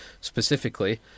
specifically